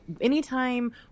anytime